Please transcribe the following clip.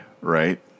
right